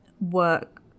work